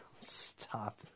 Stop